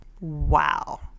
Wow